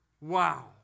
Wow